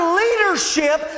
leadership